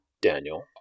Daniel